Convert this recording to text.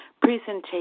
presentation